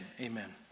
amen